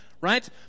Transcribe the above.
right